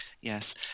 Yes